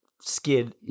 skid